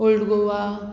old Goa